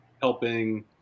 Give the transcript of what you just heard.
helping